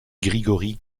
grigori